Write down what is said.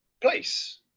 place